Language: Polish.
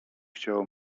chciało